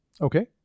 Okay